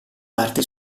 parte